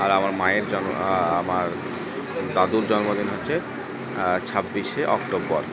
আর আমার মায়ের আর আমার দাদুর জন্মদিন হচ্ছে ছাব্বিশে অক্টোবর